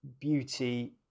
beauty